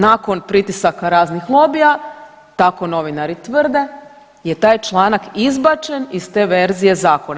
Nakon pritisaka raznih lobija, tako novinari tvrde je taj članak izbačen iz te verzije zakona.